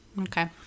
Okay